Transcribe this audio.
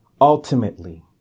Ultimately